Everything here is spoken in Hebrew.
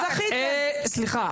סליחה.